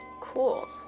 Cool